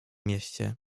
mieście